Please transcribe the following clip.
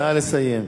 נא לסיים.